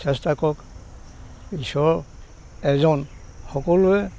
চেষ্টা কৰক ইশ্বৰৰ এজন সকলোৰে